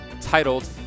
titled